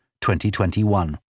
2021